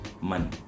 money